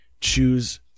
choose